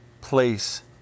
place